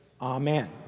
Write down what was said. amen